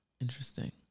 interesting